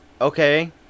okay